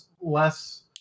less